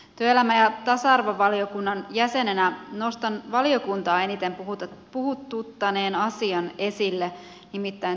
työelämä ja tasa arvovaliokunnan jäsenenä nostan valiokuntaa eniten puhututtaneen asian esille nimittäin työsuojelun